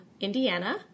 Indiana